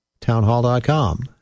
townhall.com